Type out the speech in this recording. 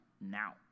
now